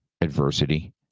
Adversity